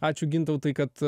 ačiū gintautai kad